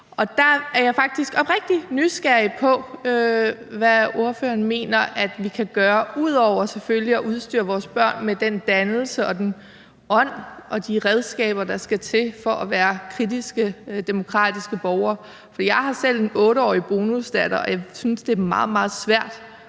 Der er jeg faktisk oprigtig nysgerrig på at høre, hvad ordføreren mener vi kan gøre ud over selvfølgelig at udstyre vores børn med den dannelse og ånd og de redskaber, der skal til for at være kritiske demokratiske borgere. Jeg har selv en 8-årig bonusdatter, og jeg synes, det er meget,